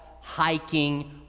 hiking